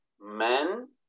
men